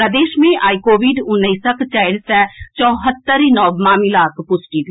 प्रदेश मे आइ कोविड उन्नैसक चारि सय चौहत्तरि नव मामिलाक पुष्टि भेल